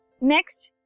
next